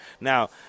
Now